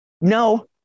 no